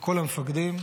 כל המפקדים,